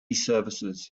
services